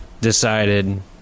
decided